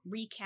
recap